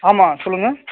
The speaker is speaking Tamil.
ஆமாம் சொல்லுங்கள்